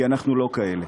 כי אנחנו לא כאלה.